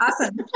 Awesome